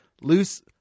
loose